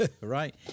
right